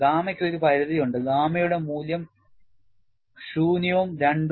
ഗാമ്മക്ക് ഒരു പരിധി ഉണ്ട് ഗാമയുടെ മൂല്യം 0 ഉം 2